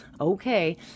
okay